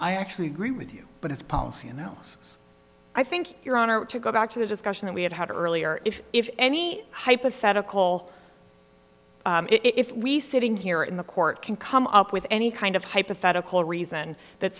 i actually agree with you but it's policy you know i think your honor to go back to the discussion that we had had earlier if if any hypothetical if we sitting here in the court can come up with any kind of hypothetical reason that